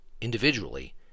Individually